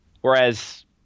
whereas